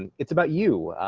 and it's about you.